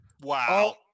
Wow